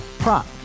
Prop